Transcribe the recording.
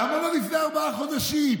למה לא לפני ארבעה חודשים?